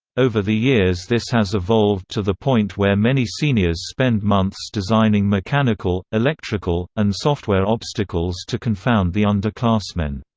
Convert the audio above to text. over the years this has evolved to the point where many seniors spend months designing mechanical, electrical, and software obstacles to confound the underclassmen.